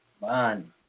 Man